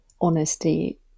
honesty